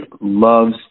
loves